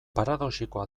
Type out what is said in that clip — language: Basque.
paradoxikoa